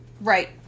Right